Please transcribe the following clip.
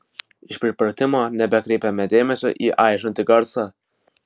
iš pripratimo nebekreipėme dėmesio į aižantį garsą